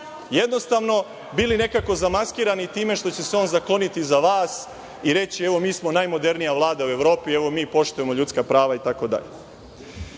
jednostavno bili nekako zamaskirani time što će se on zakloniti iza vas i reći, evo mi smo najmodernija Vlada u Evropi, evo mi poštujemo ljudska prava itd. Evo